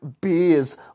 Beers